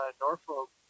Norfolk